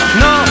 no